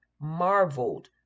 marveled